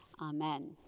Amen